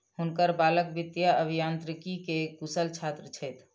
हुनकर बालक वित्तीय अभियांत्रिकी के कुशल छात्र छथि